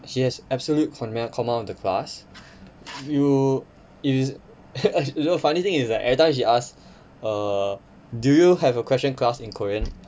she has absolute command command of the class you if you the funny thing is like every time she ask err do you have a question class in korean